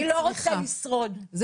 אני לא רוצה לשרוד, לא רוצה לשרוד.